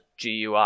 GUI